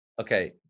okay